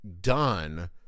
done